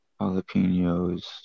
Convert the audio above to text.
jalapenos